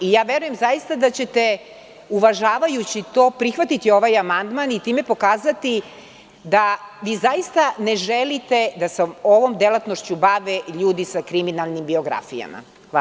Zaista, verujem da ćete, uvažavajući to, prihvatiti ovaj amandman i time pokazati da vi zaista ne želite da se ovom delatnošću bave ljudi sa kriminalnim biografijama.